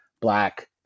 black